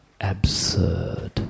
absurd